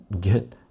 Get